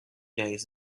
days